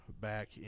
back